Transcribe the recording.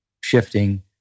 shifting